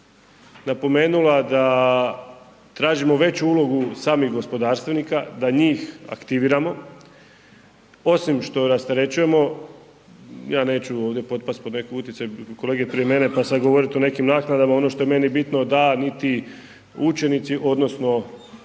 napomenula da tražimo veću ulogu samih gospodarstvenika, da njih aktiviramo, osim što ih rasterećujemo, ja neću ovdje potpast pod neki utjecaj kolege prije mene pa sad govorit o nekim naknadama. Ono što je meni bitno da niti učenici odnosno obrtnici